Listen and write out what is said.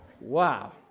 Wow